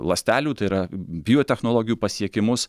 ląstelių tai yra biotechnologijų pasiekimus